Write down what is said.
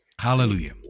Hallelujah